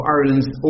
Ireland's